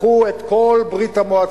לקחו את כל ברית-המועצות,